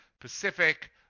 Pacific